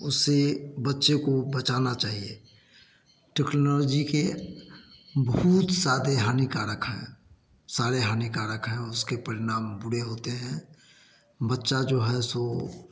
उससे बच्चे को बचाना चाहिए टेक्नलॉजी के भूत सारे हानिकारक हैं सारे हानिकारक हैं उसके परिणाम बुरे होते हैं बच्चा जो है सो